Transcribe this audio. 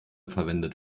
verwendet